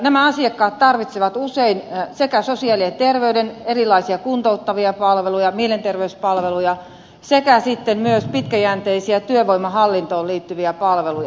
nämä asiakkaat tarvitsevat usein sekä sosiaali ja terveyspalveluja erilaisia kuntouttavia palveluja mielenterveyspalveluja että sitten myös pitkäjänteisiä työvoimahallintoon liittyviä palveluja